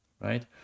right